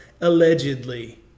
Allegedly